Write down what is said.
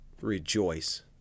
rejoice